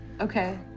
Okay